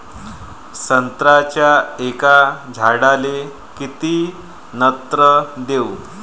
संत्र्याच्या एका झाडाले किती नत्र देऊ?